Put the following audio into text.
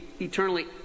eternally